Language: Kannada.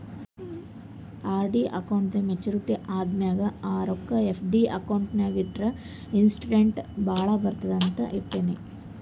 ಆರ್.ಡಿ ಅಕೌಂಟ್ದೂ ಮೇಚುರಿಟಿ ಆದಮ್ಯಾಲ ಅವು ರೊಕ್ಕಾ ಎಫ್.ಡಿ ಅಕೌಂಟ್ ನಾಗ್ ಇಟ್ಟುರ ಇಂಟ್ರೆಸ್ಟ್ ಭಾಳ ಬರ್ತುದ ಅಂತ್ ಇಟ್ಟೀನಿ